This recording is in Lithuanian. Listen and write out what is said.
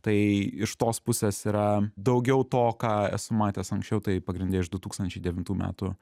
tai iš tos pusės yra daugiau to ką esu matęs anksčiau tai pagrinde iš du tūkstančiai devintų metų